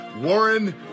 Warren